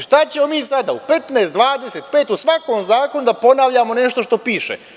Šta ćemo mi sada u 15, 25, u svakom zakonu da ponavljamo nešto što piše.